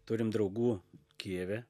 turim draugų kijeve